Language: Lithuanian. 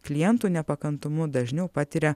klientų nepakantumu dažniau patiria